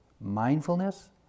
mindfulness